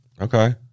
Okay